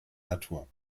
natur